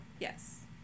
Yes